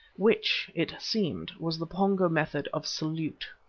which, it seemed, was the pongo method of salute.